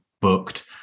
booked